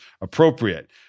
appropriate